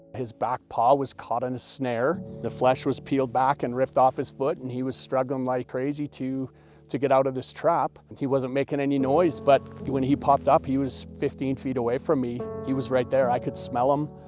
his back paw was caught in a snare. the flesh was peeled back and ripped off his foot and he was struggling like crazy to to get out of this trap. and he wasn't making any noise but when he popped up, he was fifteen feet away from me. he was right there, i could smell him.